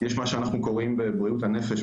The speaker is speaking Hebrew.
יש מה שאנחנו קוראים לו בבריאות הנפש,